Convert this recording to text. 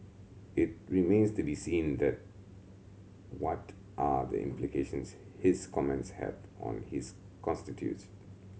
it remains to be seen that what are the implications his comments have on his constituents